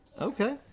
Okay